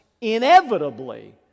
inevitably